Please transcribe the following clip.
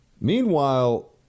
Meanwhile